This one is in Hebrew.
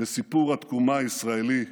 בסיפור התקומה הישראלי.